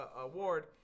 award